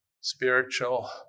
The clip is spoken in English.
spiritual